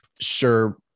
sure